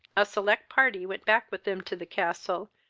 a select party went back with them to the castle,